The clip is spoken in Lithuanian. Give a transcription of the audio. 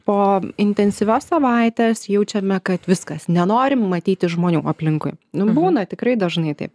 po intensyvios savaitės jaučiame kad viskas nenorim matyti žmonių aplinkui būna tikrai dažnai taip